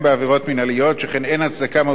שכן אין הצדקה מהותית להבחין ביניהם.